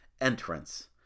entrance